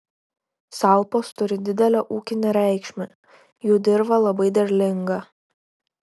salpos turi didelę ūkinę reikšmę jų dirva labai derlinga